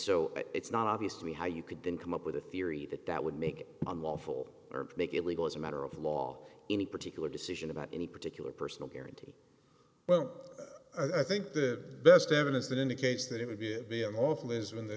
so it's not obvious to me how you could then come up with a theory that that would make it on lawful or make it legal as a matter of law any particular decision about any particular personal guarantee well i think the best evidence that indicates that it would be be unlawful is when the